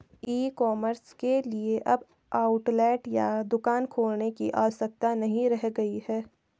ई commerce के लिए अब आउटलेट या दुकान खोलने की आवश्यकता नहीं रह गई है